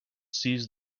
seized